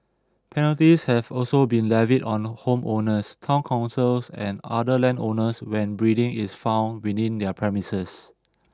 penalties have also been levied on homeowners town councils and other landowners when breeding is found within their premises